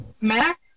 Mac